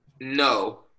No